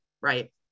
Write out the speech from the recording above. right